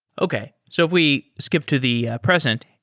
okay. so if we skip to the present,